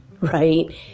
right